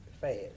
fast